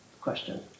question